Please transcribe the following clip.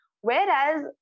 Whereas